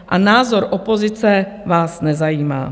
A názor opozice vás nezajímá.